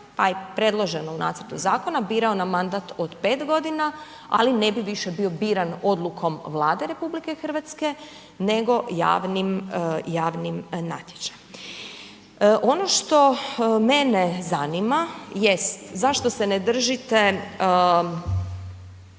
pa i predloženo u nacrtu zakona birao na mandat od 5 godina ali ne bi više bio biran odlukom Vlade RH nego javnim natječajem. Ono što mene zanima jest zašto se ne držite